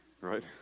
right